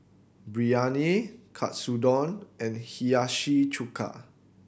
Biryani Katsudon and Hiyashi Chuka